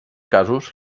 casos